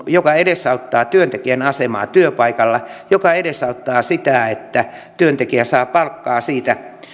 joka edesauttaa työntekijän asemaa työpaikalla ja joka edesauttaa sitä että työntekijä saa palkkaa siitä